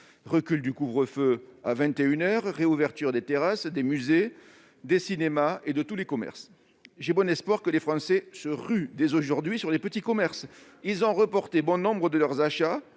recul du couvre-feu à vingt et une heures, réouverture des terrasses, des musées, des cinémas et de tous les commerces. J'ai bon espoir que les Français se ruent dès aujourd'hui dans les petits commerces, car ils ont reporté bon nombre de leurs achats.